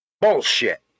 Bullshit